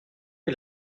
est